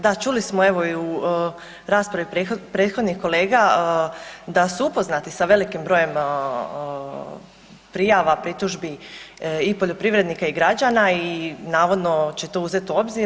Da čuli smo evo i u raspravi prethodnih kolega da su upoznati sa velikim brojem prijava, pritužbi i poljoprivrednika i građana i navodno će to uzeti u obzir.